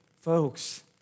folks